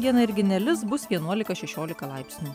dieną irgi nelis bus vienuolika šešiolika laipsnių